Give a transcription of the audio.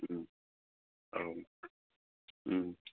उम औ उम